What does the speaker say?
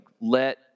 let